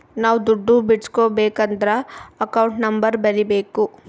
ನಾವ್ ದುಡ್ಡು ಬಿಡ್ಸ್ಕೊಬೇಕದ್ರ ಅಕೌಂಟ್ ನಂಬರ್ ಬರೀಬೇಕು